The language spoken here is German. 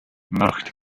macht